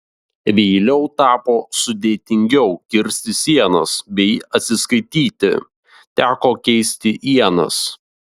vėliau tapo sudėtingiau kirsti sienas bei atsiskaityti teko keisti ienas